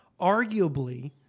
Arguably